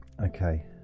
okay